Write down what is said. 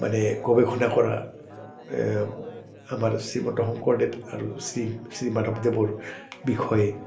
মানে গৱেষণা কৰা আমাৰ শ্ৰীমন্ত শংকৰদেৱ আৰু শ্ৰী শ্ৰী মাধৱদেৱৰ বিষয়ে